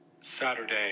Saturday